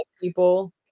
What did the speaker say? people